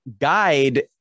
guide